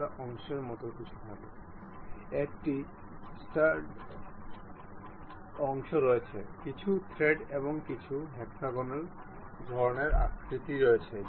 আসুন আমরা এটি তৈরি করি যে এটি 30 হবে এবং আমরা এটি 180 তৈরি করব এটা শুধুমাত্র 30 রাখা হবে তারপর OK ক্লিক করুন